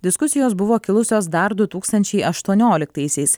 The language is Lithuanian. diskusijos buvo kilusios dar du tūkstančiai aštuonioliktaisiais